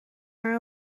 naar